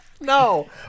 No